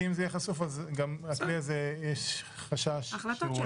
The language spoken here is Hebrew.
כי אם זה ייחשף אחרי זה יש חשש שזה